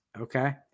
Okay